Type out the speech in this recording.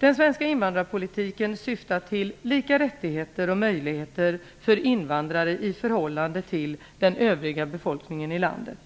Den svenska invandrarpolitiken syftar till lika rättigheter och möjligheter för invandrare i förhållande till den övriga befolkningen i landet.